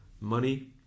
Money